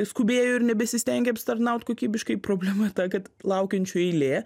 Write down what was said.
skubėjo ir nebesistengė apsitarnaut kokybiškai problema ta kad laukiančių eilė